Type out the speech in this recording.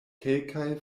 kelkaj